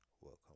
Welcome